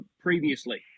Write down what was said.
previously